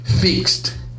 fixed